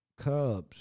Cubs